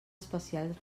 especial